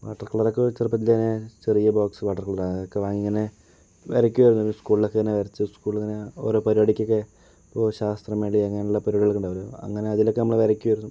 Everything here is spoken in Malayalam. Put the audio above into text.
വാട്ടർ കളർ ഒക്കെ ചെറുപ്പത്തിൽ തന്നെ ചെറിയ ബോക്സ് വാട്ടർ കളർ ഒക്കെ വാങ്ങി ഇങ്ങനെ വരയ്കുമായിരുന്നു സ്കൂളിലൊക്കെ ഇങ്ങനെ വരച്ച് സ്കൂളിൽ ഇങ്ങനെ ഓരോ പരിപാടിക്ക് ഒക്കെ ഇപ്പോൾ ശാസ്ത്രമേള അങ്ങനെയുള്ള പരിപാടികൾ ഉണ്ടാകുമല്ലോ അങ്ങനെ അതിലൊക്കെ നമ്മൾ വരയ്ക്കുമായിരുന്നു